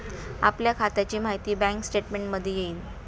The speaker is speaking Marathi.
आपल्या खात्याची माहिती बँक स्टेटमेंटमध्ये येईल